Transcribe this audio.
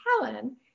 Helen